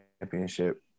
Championship